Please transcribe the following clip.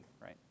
right